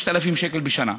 6,000 שקל בשנה,